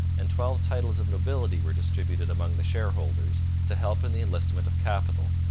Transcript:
and twelve titles of nobility were distributed among the shareholders to help in the enlistment of capital.